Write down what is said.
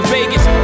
Vegas